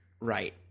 Right